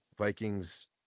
Vikings